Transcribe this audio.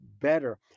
better